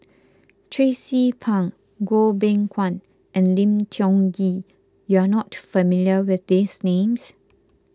Tracie Pang Goh Beng Kwan and Lim Tiong Ghee you are not familiar with these names